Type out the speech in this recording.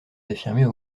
d’affirmer